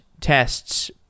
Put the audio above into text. tests